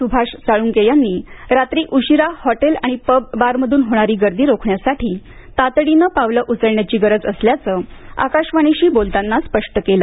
सुभाष साळुंखे यांनी रात्री उशिरा हॉटेल आणि पब बार मधून होणारी गर्दी रोखण्यासाठी तातडीनं पावलं उचलण्याची गरज असल्याचं आकाशवाणीशी बोलतांना स्पष्ट केलं